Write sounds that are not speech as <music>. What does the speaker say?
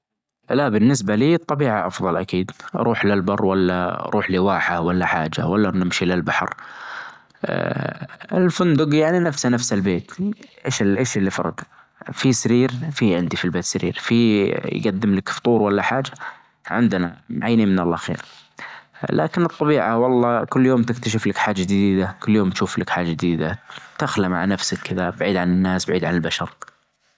نعم أقدر أسبح وأركب دراجة. تعلمت السباحة وأنا صغير تجريبًا في عمر سبع سنوات، أخذت لي وقت بسيط حتى تعلمت أساسيات السباحة <hesitation> أما ركوب الدراجة، تعلمت وأنا في العمر ست سنوات، <hesitation> كان تعلمها أسرع شوي ما أخذت لي وجت طويل.